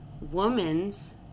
woman's